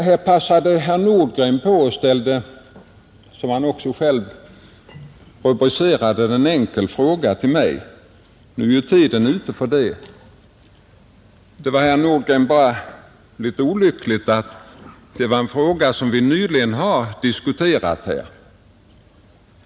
Herr Nordgren passade på att ställa en, som han själv rubricerade den, enkel fråga till mig. Nu är tiden ute för sådana frågor. Det var, herr Nordgren, bara litet olyckligt att det gällde en fråga som vi nyligen har diskuterat här i riksdagen.